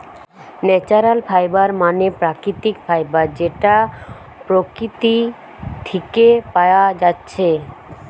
natural fibre মানে প্রাকৃতিক fibre যেটা প্রকৃতি থিকে পায়া যাচ্ছে